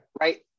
right